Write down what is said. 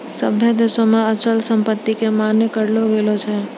सभ्भे देशो मे अचल संपत्ति के मान्य करलो गेलो छै